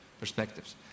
perspectives